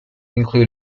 integers